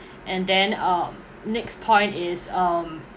and then uh next point is um